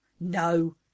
no